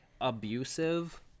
abusive